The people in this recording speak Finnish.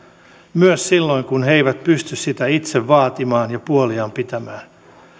myös silloin kun he eivät pysty sitä itse vaatimaan ja puoliaan pitämään